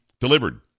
Delivered